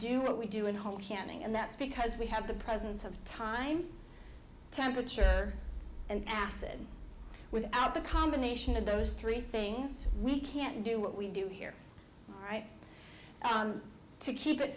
do what we do at home canning and that's because we have the presence of time temperature and acid without the combination of those three things we can't do what we do here right to keep it